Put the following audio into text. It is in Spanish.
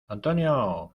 antonio